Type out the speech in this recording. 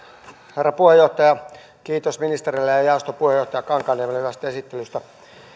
herra puheenjohtaja kiitos ministerille ja ja jaoston puheenjohtaja kankaanniemelle hyvästä esittelystä